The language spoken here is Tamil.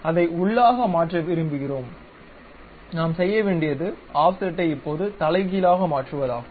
அதை உள்ளாக மாற்ற விரும்புகிறோம் நாம் செய்ய வேண்டியது ஆஃப்செட்டை இப்போது தலைகீழாக மாற்றுவதாகும்